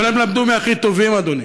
אבל הם למדו מהכי טובים, אדוני,